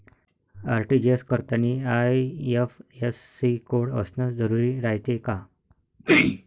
RTGS करतांनी IFSC code असन जरुरी रायते का?